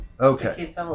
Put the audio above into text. Okay